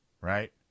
Right